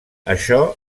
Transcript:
això